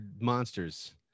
monsters